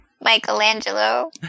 Michelangelo